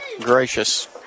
Gracious